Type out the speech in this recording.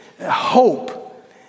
hope